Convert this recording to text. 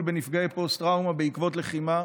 בנפגעי פוסט-טראומה בעקבות לחימה.